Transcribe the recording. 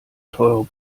teure